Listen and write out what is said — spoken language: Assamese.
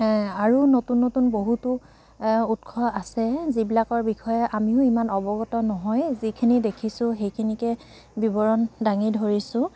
আৰু নতুন নতুন বহুতো উৎস আছে যিবিলাকৰ বিষয়ে আমিও ইমান অৱগত নহয় যিখিনি দেখিছোঁ সেইখিনিকে বিৱৰণ দাঙি ধৰিছোঁ